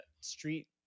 street